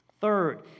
Third